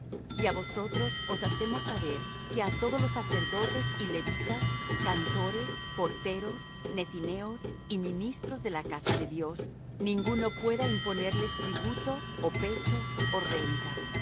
á vosotros os hacemos saber que á todos los sacerdotes y levitas cantores porteros nethineos y ministros de la casa de dios ninguno pueda imponerles tributo ó pecho ó renta